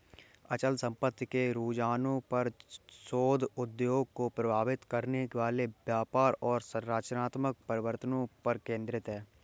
अचल संपत्ति के रुझानों पर शोध उद्योग को प्रभावित करने वाले व्यापार और संरचनात्मक परिवर्तनों पर केंद्रित है